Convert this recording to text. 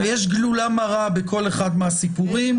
יש גלולה מרה בכל אחד מהסיפורים.